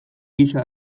gisa